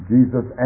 Jesus